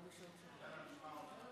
ברוך הבא,